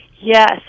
Yes